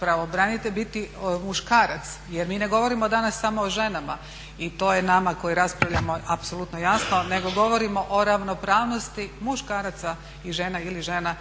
pravobranitelj biti muškarac jer mi ne govorimo danas samo o ženama. I to je nama koji raspravljamo apsolutno jasno. Nego govorimo o ravnopravnosti muškaraca i žena ili žena